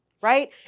right